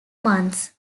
months